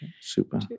Super